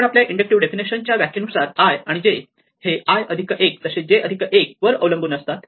आपण आपल्या इंडक्टिव्ह डेफिनेशनच्या या व्याख्येनुसार i आणि j हे i अधिक 1 तसेच j अधिक 1 वर अवलंबून असतात